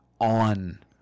on